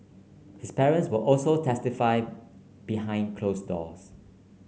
his parents will also testify behind closed doors